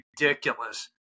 ridiculous